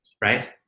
Right